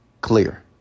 clear